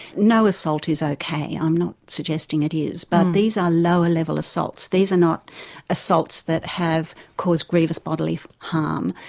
no assault is ok, i'm not suggesting it is, but these are lower level assaults, these are not assaults that have caused grievous bodily harm